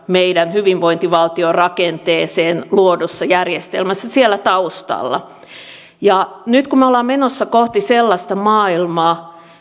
meidän hyvinvointivaltion rakenteeseen luodussa suuressa järjestelmässä siellä taustalla nyt kun me olemme menossa kohti sellaista maailmaa